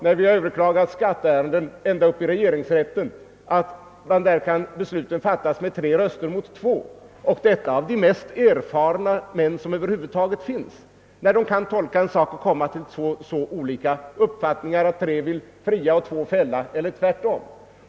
När ett skatteärende överklagas ända upp i regeringsrätten kan det hända att beslutet där fattas med tre röster mot två. Det är ändå de mest erfarna jurister som finns som kommer till så olika uppfattningar, att tre vill fria och två vill fälla, eller tvärtom.